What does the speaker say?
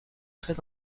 très